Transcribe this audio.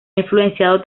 influenciado